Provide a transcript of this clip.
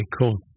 cool